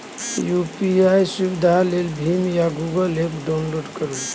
UPI सुविधा लेल भीम या गुगल एप्प डाउनलोड करु